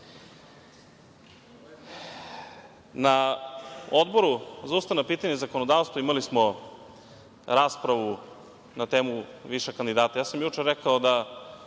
Odboru za ustavna pitanja i zakonodavstvo imali smo raspravu na temu više kandidata. Ja sam juče rekao da